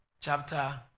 Chapter